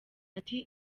ati